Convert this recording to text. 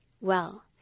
Well